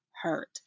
hurt